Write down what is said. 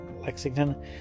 Lexington